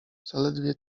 zaledwie